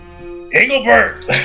Engelbert